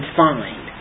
find